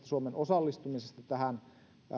suomen osallistumisesta tähän